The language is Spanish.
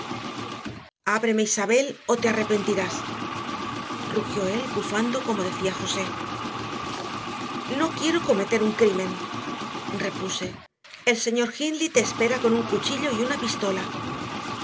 ábreme isabel o te arrepentirás rugió él bufando como decía josé no quiero cometer un crimen repuse el señor hindley te espera con un cuchillo y una pistola